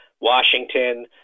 Washington